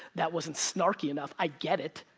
that wasn't snarky enough, i get it.